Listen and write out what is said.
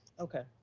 okay,